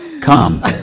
Come